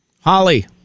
Holly